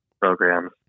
programs